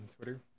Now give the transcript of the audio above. Twitter